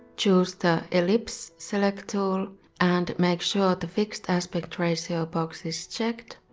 choose the ellipse select tool and make sure the fixed aspect ratio box is checked.